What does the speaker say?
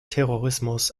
terrorismus